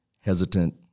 hesitant